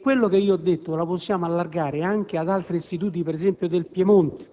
Quanto ho evidenziato è riferibile anche ad altri istituti, per esempio, del Piemonte: